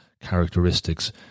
characteristics